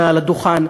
מעל הדוכן,